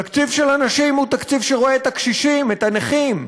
תקציב של אנשים הוא תקציב שרואה את הקשישים ואת הנכים.